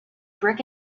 brick